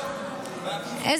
והקיצוצים על השרפות?